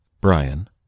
Brian